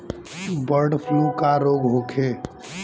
Bird flu का रोग होखे?